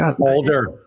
older